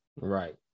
Right